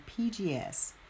PGS